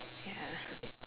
ya